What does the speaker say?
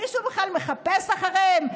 מישהו בכלל מחפש אחריהם?